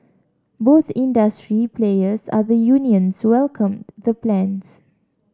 both industry players and the unions welcomed the plans